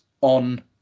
on